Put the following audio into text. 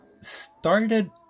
started